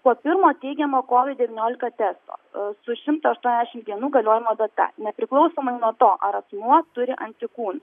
po pirmo teigiamo kovid devyniolika testo su šimto aštuoniasdešimt dienų galiojimo data nepriklausomai nuo to ar asmuo turi antikūnų